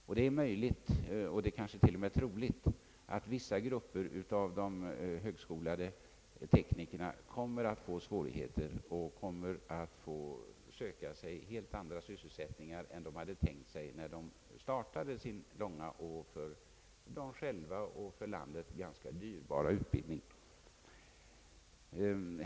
Men det är möjligt och kanske till och med troligt att vissa grupper av de högt skolade teknikerna kommer att möta svårigheter och tvingas söka sig helt andra sysselsättningar än de hade tänkt sig när de startade sin långa, för dem själva och även för landet ganska dyrbara utbildning.